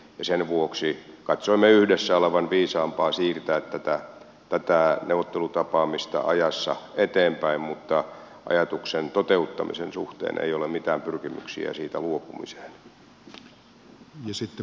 sen vuoksi katsoimme yhdessä olevan viisaampaa siirtää tätä neuvottelutapaamista ajassa eteenpäin mutta ajatuksen toteuttamisen suhteen ei ole mitään pyrkimyksiä siitä luopumiseen